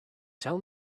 tell